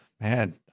Man